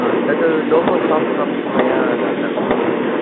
तद् logo soft copy मया दातव्यं भवति